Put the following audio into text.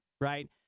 right